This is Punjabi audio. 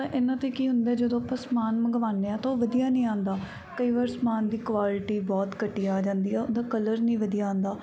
ਤਾਂ ਇਹਨਾਂ 'ਤੇ ਕੀ ਹੁੰਦਾ ਜਦੋਂ ਆਪਾਂ ਸਮਾਨ ਮੰਗਵਾਉਂਦੇ ਹਾਂ ਤਾਂ ਉਹ ਵਧੀਆ ਨਹੀਂ ਆਉਂਦਾ ਕਈ ਵਾਰ ਸਮਾਨ ਦੀ ਕੁਆਲਿਟੀ ਬਹੁਤ ਘਟੀਆ ਆ ਜਾਂਦੀ ਆ ਉਹਦਾ ਕਲਰ ਨਹੀਂ ਵਧੀਆ ਆਉਂਦਾ